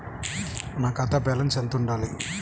నా ఖాతా బ్యాలెన్స్ ఎంత ఉండాలి?